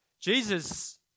Jesus